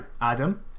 Adam